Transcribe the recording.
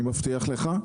אני מבטיח לך.